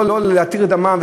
לא להתיר את דמם.